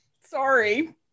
Sorry